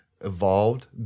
evolved